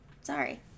Sorry